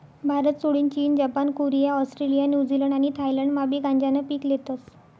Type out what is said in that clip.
भारतसोडीन चीन, Japan, Korea, Australia, New Zealand आणि थायलंडमाबी गांजानं पीक लेतस